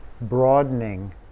broadening